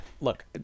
look